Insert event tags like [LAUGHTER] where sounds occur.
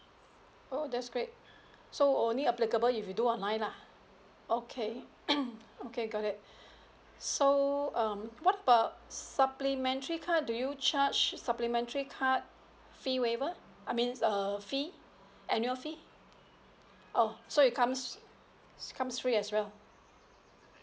oh that's great so only applicable if you do online lah okay [NOISE] okay got it so um what about supplementary card do you charge supplementary card fee waiver I mean uh fee annual fee oh so it comes comes free as well